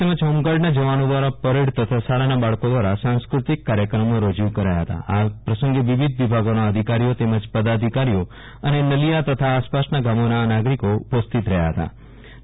તેમજ હોમગાર્ડના જવાનો દ્વારા પરેડ તથા શાળાના બાળકો દ્વારા સાંસ્કૃતિક કાર્યક્રમો રજુ કરાયા હતા આ પ્રસંગે વિવિધ વિભાગોના અધિકારીઓ તેમજ પદાધિકારીઓ અને નલીયા તથા આસપાસના ગામોના નાગરિકો ઉપસ્થિત રહ્યા ફતા